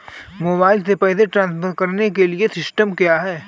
Mobile से पैसे transfer करने के लिए सिस्टम क्या है?